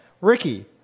Ricky